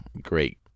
Great